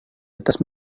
atas